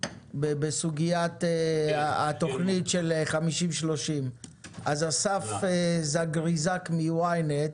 בסוגיית התוכנית של 50-30. אסף זגריזק מ-YNET